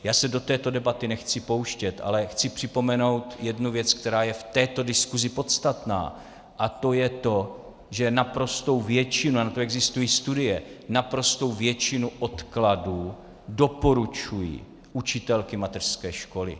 Já se do této debaty nechci pouštět, ale chci připomenout jednu věc, která je v této diskusi podstatná, a to je to, že naprostou většinu, a na to existují studie, naprostou většinu odkladů doporučují učitelky mateřské školy.